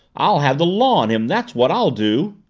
i'll have the law on him, that's what i'll do.